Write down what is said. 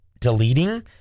deleting